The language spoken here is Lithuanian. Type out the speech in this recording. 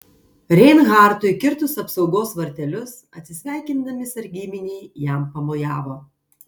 reinhartui kirtus apsaugos vartelius atsisveikindami sargybiniai jam pamojavo